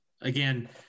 again